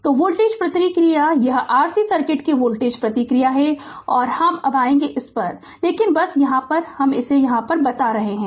तो वोल्टेज प्रतिक्रिया यह RC सर्किट की वोल्टेज प्रतिक्रिया है और हम कब आयेगे इस पर लेकिन बस हम यहाँ इसे बता रहे है